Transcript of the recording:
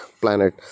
planet